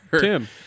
Tim